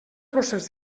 procés